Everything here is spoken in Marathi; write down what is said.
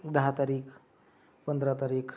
दहा तारीख पंधरा तारीख